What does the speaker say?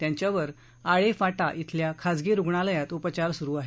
त्यांच्यावर आळेफाटा इथल्या खाजगी रुग्णालयात उपचार सुरू आहेत